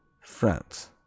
France